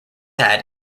had